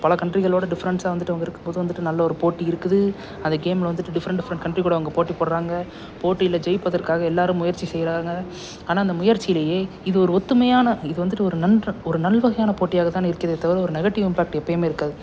பல கண்ட்ரிகளோட டிஃப்ரெண்ட்ஸாக வந்துவிட்டு அவங்க இருக்கும் போது வந்துவிட்டு நல்ல ஒரு போட்டி இருக்குது அதை கேமில் வந்துவிட்டு டிஃப்ரெண்ட் டிஃப்ரெண்ட் கண்ட்ரி கூட அவங்க போட்டி போடுகிறாங்க போட்டியில் ஜெயிப்பதற்காக எல்லோரும் முயற்சி செய்கிறாங்க ஆனால் அந்த முயற்சியிலேயே இது ஒரு ஒற்றுமையான இது வந்துவிட்டு ஒரு நன்று ஒரு நல்ல வகையான போட்டியாக தான் இருக்கிறதே தவிர ஒரு நெகட்டிவ் இம்பேக்ட் எப்பயும் இருக்காது